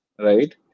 right